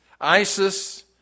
ISIS